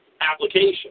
application